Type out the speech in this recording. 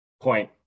point